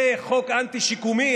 זה חוק אנטי-שיקומי?